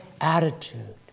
attitude